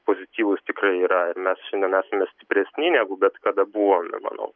pozityvūs tikrai yra ir mes šiandien esame stipresni negu bet kada buvome manau